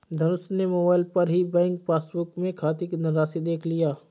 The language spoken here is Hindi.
धनुष ने मोबाइल पर ही बैंक पासबुक में खाते की धनराशि देख लिया